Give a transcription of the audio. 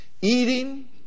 eating